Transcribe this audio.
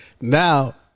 Now